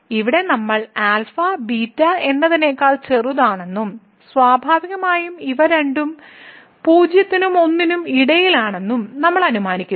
ഇവിടെ നമ്മൾ α β എന്നതിനേക്കാൾ ചെറുതാണെന്നും സ്വാഭാവികമായും ഇവ രണ്ടും 0 നും 1 നും ഇടയിലാണെന്നും നമ്മൾ അനുമാനിക്കുന്നു